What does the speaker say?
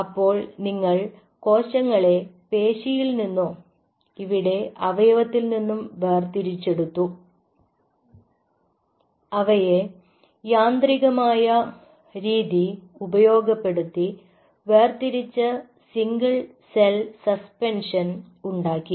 അപ്പോൾ നിങ്ങൾ കോശങ്ങളെ പേശിയിൽ നിന്നോ ഇവിടെ അവയവത്തിൽ നിന്നും വേർതിരിച്ചെടുത്തു അവയെ യാന്ത്രികമായ രീതി ഉപയോഗപ്പെടുത്തി വേർതിരിച്ച് സിംഗിൾ സെൽ സസ്പെൻഷൻ ഉണ്ടാക്കി